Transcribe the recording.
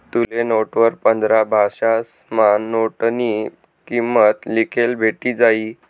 तुले नोटवर पंधरा भाषासमा नोटनी किंमत लिखेल भेटी जायी